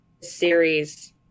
series